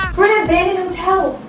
we're in an abandoned hotel.